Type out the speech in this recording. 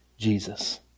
Jesus